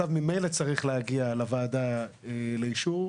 הצו ממילא צריך להגיע לוועדה לאישור.